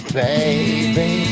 baby